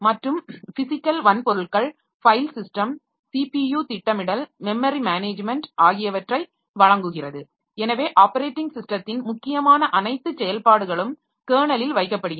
மற்றும் பிஸிக்கல் வன்பொருள்கள்கள் file system CPU திட்டமிடல் மெமரி மேனேஜ்மென்ட் ஆகியவற்றை வழங்குகிறது எனவே ஆப்பரேட்டிங் ஸிஸ்டத்தின் முக்கியமான அனைத்து செயல்பாடுகளும் கெர்னலில் வைக்கப்படுகின்றன